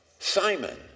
Simon